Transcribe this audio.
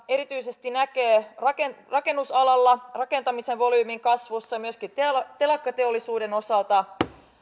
erityisesti rakennusalalla rakentamisen volyymin kasvussa ja myöskin telakkateollisuuden osalta